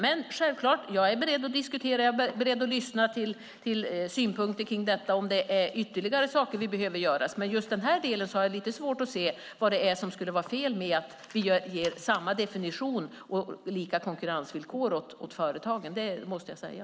Men jag är självfallet beredd att diskutera och lyssna till synpunkter kring detta, om det finns ytterligare saker som behöver göras. Men i just den här delen har jag lite svårt att se vad som skulle vara fel med att vi ger samma definition och lika konkurrensvillkor åt företagen - det måste jag säga.